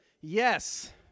Yes